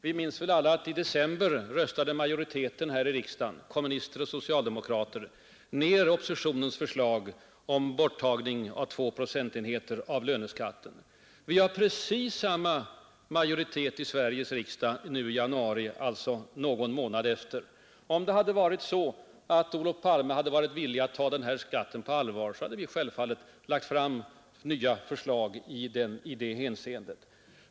Vi minns väl alla att majoriteten här i riksdagen — kommunister och socialdemokrater — i december röstade ned oppositionens förslag om borttagning av två procentenheter av löneskatten. Majoriteten i Sveriges riksdag är precis densamma nu i januari. Om Olof Palme hade varit villig att ta löneskatten på allvar, hade vi självfallet lagt fram nya förslag i det hänseendet.